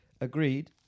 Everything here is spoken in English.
agreed